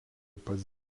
pats